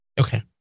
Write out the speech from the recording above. Okay